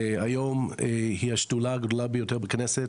היום היא השדולה הגדולה ביותר בכנסת.